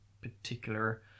particular